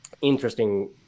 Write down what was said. interesting